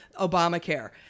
Obamacare